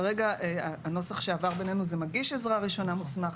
כרגע הנסח שעבר בינינו הוא: "מגיש עזרה ראשונה מוסמך".